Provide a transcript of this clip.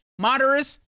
Moderus